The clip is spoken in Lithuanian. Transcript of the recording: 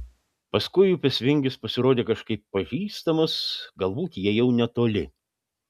paskui upės vingis pasirodė kažkaip pažįstamas galbūt jie jau netoli